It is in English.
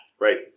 Right